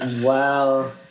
Wow